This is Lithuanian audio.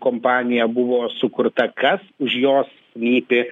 kompanija buvo sukurta kas už jos slypi